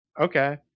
Okay